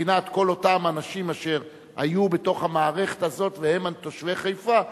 מבחינת כל אותם אנשים אשר היו בתוך המערכת הזאת והם תושבי חיפה,